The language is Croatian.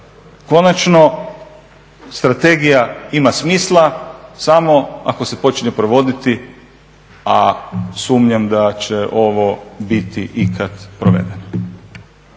konačno strategija ima smisla samo ako se počne provoditi a sumnjam da će ovo biti ikad provedeno.